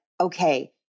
okay